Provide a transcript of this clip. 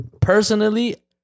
personally